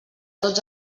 tots